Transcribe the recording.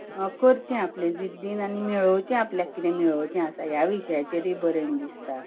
करचें आपलें जिद्दीन आनी मेळोवचें आपलें आपल्याक कितें मेळोवचें आसा तें ह्या विशयाचेरूय बरयन दिसता